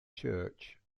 church